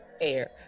air